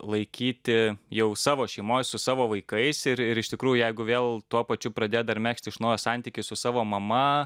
laikyti jau savo šeimoj su savo vaikais ir iš tikrųjų jeigu vėl tuo pačiu pradėt dar megzt iš naujo santykį su savo mama